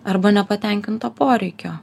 arba nepatenkinto poreikio